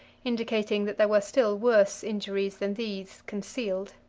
indicating that there were still worse injuries than these concealed.